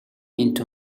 into